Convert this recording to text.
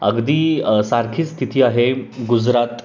अगदी सारखी स्थिती आहे गुजरात